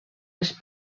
els